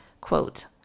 quote